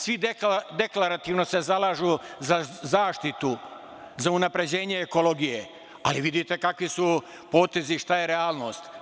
Svi se deklarativno zalažu za zaštitu, za unapređenje ekologije, ali, vidite kakvi su potezi i šta je realnost.